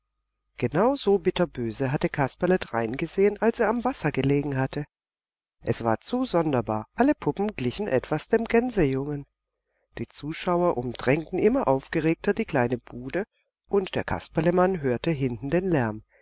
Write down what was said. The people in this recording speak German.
so bitterböse hatte kasperle dreingesehen als er am wasser gelegen hatte es war zu sonderbar alle puppen glichen etwas dem gänsejungen die zuschauer umdrängten immer aufgeregter die kleine bude und der kasperlemann hörte hinten den lärm